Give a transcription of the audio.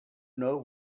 know